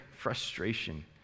frustration